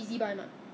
s~